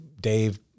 Dave